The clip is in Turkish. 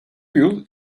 yıl